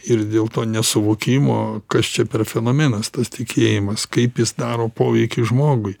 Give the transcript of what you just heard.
ir dėl to nesuvokimo kas čia per fenomenas tas tikėjimas kaip jis daro poveikį žmogui